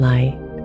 Light